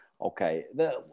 Okay